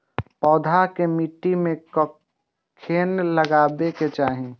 पौधा के मिट्टी में कखेन लगबाके चाहि?